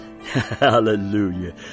Hallelujah